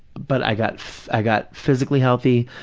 but i got i got physically healthy,